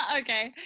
Okay